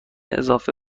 اضافه